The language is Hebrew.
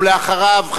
ואחריו,